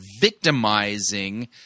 victimizing